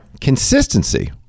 consistency